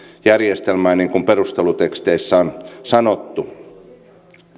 järjestelmää niin kuin perusteluteksteissä on sanottu